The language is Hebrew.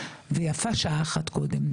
ויפה שעה אחת קודם.